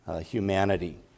humanity